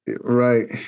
Right